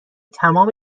تمام